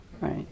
right